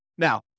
Now